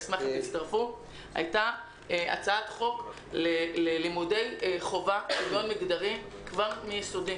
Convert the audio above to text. הייתה הצעת חוק ללימודי חובה של שוויון מגדרי כבר מיסודי.